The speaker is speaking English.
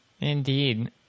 Indeed